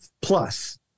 plus